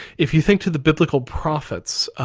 if you think to the biblical prophets,